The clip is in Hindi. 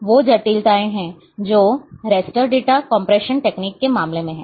तो ये वो जटिलताएं हैं जो रैस्टर डेटा कम्प्रेशन तकनीक के मामले में हैं